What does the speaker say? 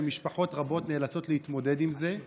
ומשפחות רבות נאלצות להתמודד עם זה.